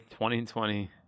2020